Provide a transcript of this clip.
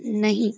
नहीं